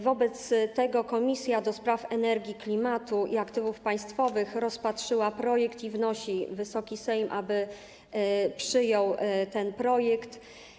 Wobec tego Komisja do Spraw Energii, Klimatu i Aktywów Państwowych rozpatrzyła projekt i wnosi o to, aby Wysoki Sejm przyjął ten projekt.